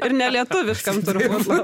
ir nelietuviškam turbūt